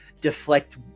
deflect